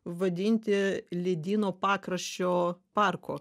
vadinti ledyno pakraščio parko